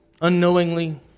unknowingly